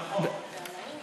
נכון.